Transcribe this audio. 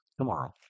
tomorrow